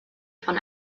von